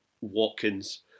Watkins